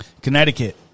Connecticut